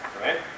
Right